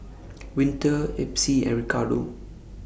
Winter Epsie and Ricardo